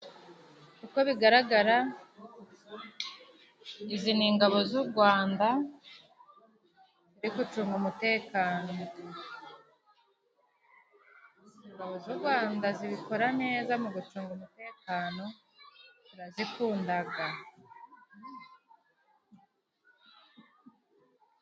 Uko bigaragara izi ni ingabo z'u Rwanda ziri gucunga umutekano ;ingabo z'u Rwanda zibikora mu gucunga umutekano turazikundaga.